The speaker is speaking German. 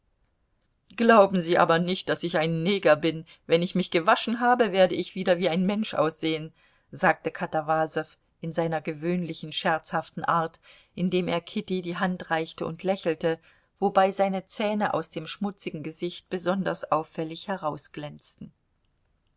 glauben sie aber nicht daß ich ein neger bin wenn ich mich gewaschen habe werde ich wieder wie ein mensch aussehen sagte katawasow in seiner gewöhnlichen scherzhaften art indem er kitty die hand reichte und lächelte wobei seine zähne aus dem schmutzigen gesicht besonders auffällig